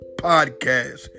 Podcast